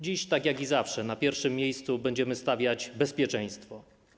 Dziś, tak jak i zawsze, na pierwszym miejscu będziemy stawiać bezpieczeństwo.